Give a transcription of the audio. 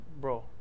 bro